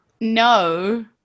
no